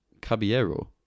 Caballero